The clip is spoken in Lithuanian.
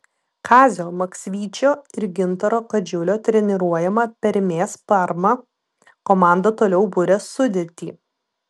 kazio maksvyčio ir gintaro kadžiulio treniruojama permės parma komanda toliau buria sudėtį